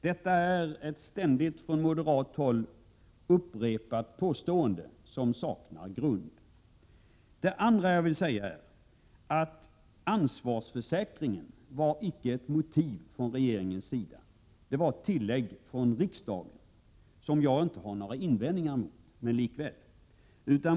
Detta är ett från moderat håll ständigt upprepat påstående som saknar grund. Det andra jag vill säga är att ansvarsförsäkringen icke var ett motiv för regeringen. Det var ett tillägg från riksdagen, som jag inte har några invändningar mot, men likväl.